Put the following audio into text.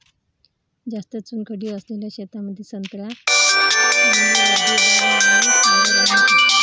जास्त चुनखडी असलेल्या शेतामंदी संत्रा लिंबूवर्गीय बाग लावणे चांगलं राहिन का?